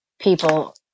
people